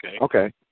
Okay